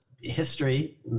History